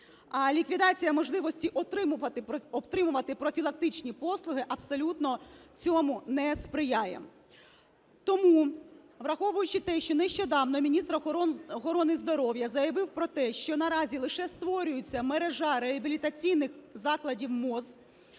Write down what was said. ліквідація можливості отримувати профілактичні послуги абсолютно цьому не сприяє. Тому враховуючи те, що нещодавно міністр охорони здоров'я заявив про те, що наразі лише створюється мережа реабілітаційних закладів МОЗ,